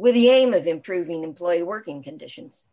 with the aim of improving employee working conditions